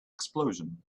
explosion